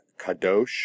Kadosh